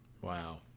Wow